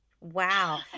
Wow